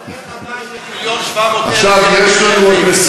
אז איך עדיין יש מיליון ו-700,000 ילדים רעבים,